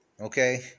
okay